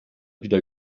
wieder